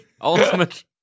ultimate